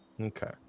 Okay